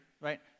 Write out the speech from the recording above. right